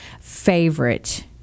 favorite